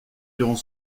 durant